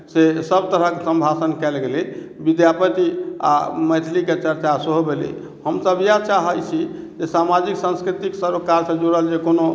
से सभ तरहक सम्भाषण कयल गेलै विद्यापति आ मैथिलीक चर्चा सेहो भेलै हमसभ इएहा चाहै छी जे सामाजिक संस्कृतिक सभ काज सॅं जुड़ल जे कोनो